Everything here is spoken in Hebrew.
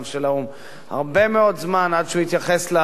הרבה מאוד זמן עד שהתייחס לטבח בסוריה